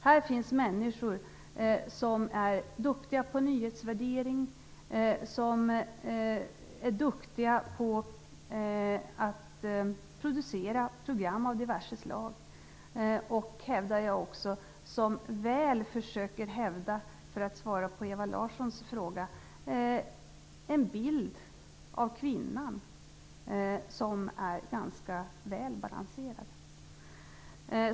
Här finns människor som är duktiga på nyhetsvärdering och på att producera program av diverse slag. Jag vill, för att svara på Ewa Larssons fråga, säga att de försöker hävda en bild av kvinnan som är ganska väl balanserad.